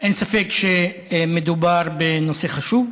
אין ספק שמדובר בנושא חשוב.